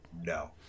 no